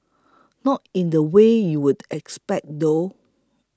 not in the way you would expect though